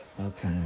Okay